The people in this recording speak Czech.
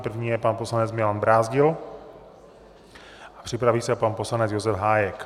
První je pan poslanec Milan Brázdil a připraví se pan poslanec Josef Hájek.